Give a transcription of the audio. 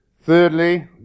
Thirdly